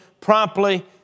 promptly